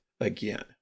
again